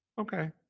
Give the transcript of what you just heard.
Okay